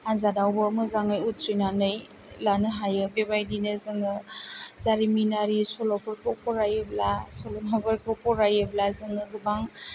आन्जादावबो मोजाङै उथ्रिनानै लानो हायो बेबायदिनो जोङो जारिमिनारि सल'फोरखौ फरायोब्ला सल'माफोरखौ फरायोब्ला जोङो गोबां